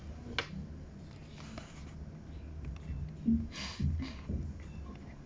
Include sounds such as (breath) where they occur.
(breath)